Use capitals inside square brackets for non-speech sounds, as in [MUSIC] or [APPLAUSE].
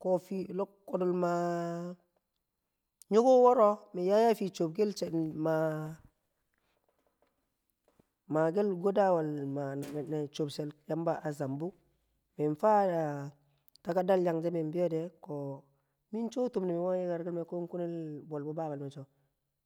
Ko fii lob kokul maa nyuku woro mi yang a fii chobkel maa nyuku woro mi yang a fii shobkel maa makel godawa ma nakin [NOISE] ne shon shel yamba zambuk min fa a takir tal yang se min biyode nying cho tum ne yang ko kunel bol bi balme cho